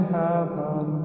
heaven